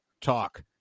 talk